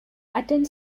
attend